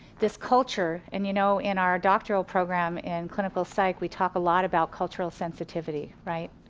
this culture, and you know in our doctoral program in clinical psyc, we talk a lot about cultural sensitivity, right.